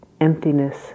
emptiness